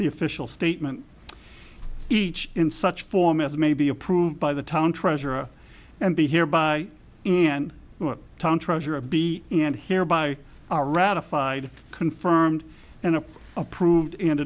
the official statement each in such form as may be approved by the town treasurer and be here by and town treasurer b and here by ratified confirmed and approved and